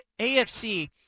AFC